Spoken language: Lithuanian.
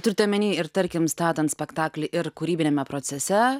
turit omeny ir tarkim statant spektaklį ir kūrybiniame procese